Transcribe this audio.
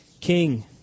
king